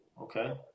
okay